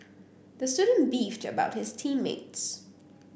the student beefed about his team mates